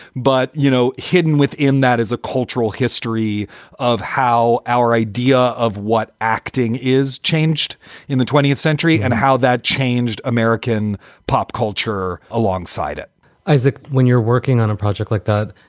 but, you know, hidden within that is a cultural history of how our idea of what acting is changed in the twentieth century and how that changed american pop culture alongside it isaac, when you're working on a project like that,